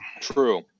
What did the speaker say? True